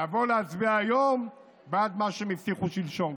ולבוא להצביע היום בעד מה שהם הבטיחו שלשום.